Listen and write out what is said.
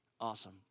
Awesome